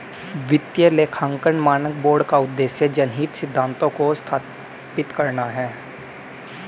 वित्तीय लेखांकन मानक बोर्ड का उद्देश्य जनहित सिद्धांतों को स्थापित करना है